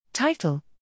Title